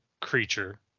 creature